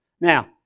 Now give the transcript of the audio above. Now